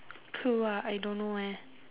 clue ah I don't know leh